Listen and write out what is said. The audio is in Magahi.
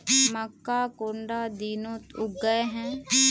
मक्का कुंडा दिनोत उगैहे?